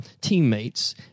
teammates